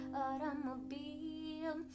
automobile